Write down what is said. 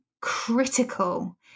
critical